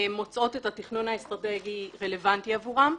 מוצאות את התכנון האסטרטגי רלוונטי עבורן.